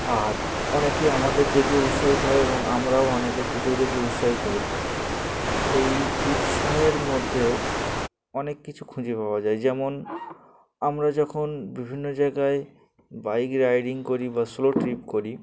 আর অনেকে আমাদের দেখে উৎসাহিত হয় এবং আমরাও অনেকের ভিডিও দেখে উৎসাহিত হই এই উৎসাহের মধ্যে অনেক কিছু খুঁজে পাওয়া যায় যেমন আমরা যখন বিভিন্ন জায়গায় বাইক রাইডিং করি বা সোলো ট্রিপ করি